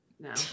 No